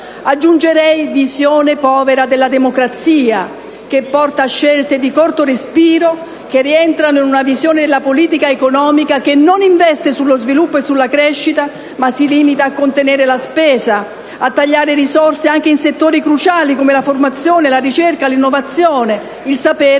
Aggiungerei: una visione povera della democrazia che porta a scelte di corto respiro che rientrano in una visione della politica economica che non investe sullo sviluppo e sulla crescita, ma si limita a contenere la spesa e a tagliare risorse anche in settori cruciali come la formazione, la ricerca, l'innovazione: il sapere